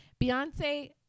Beyonce